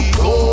go